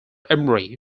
emery